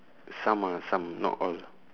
some ah some not all